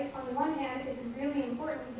on one hand, it's really important,